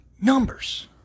numbers